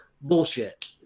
bullshit